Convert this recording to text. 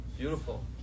Beautiful